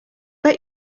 bet